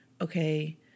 okay